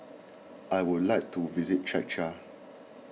I would like to visit Czechia